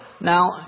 Now